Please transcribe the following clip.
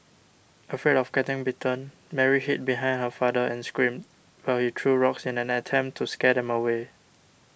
afraid of getting bitten Mary hid behind her father and screamed while he threw rocks in an attempt to scare them away